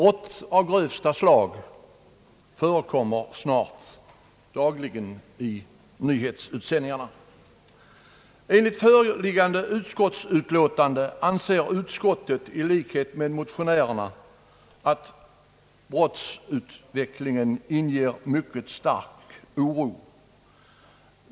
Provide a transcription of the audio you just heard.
Det berättas dagligen i nyhetssändningarna om brott av grövsta slag. I det föreliggande utlåtandet uttalar utskottet i likhet med motionärerna den meningen att brottsutvecklingen inger mycket stark oro.